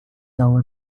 though